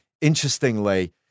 Interestingly